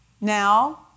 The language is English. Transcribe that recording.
Now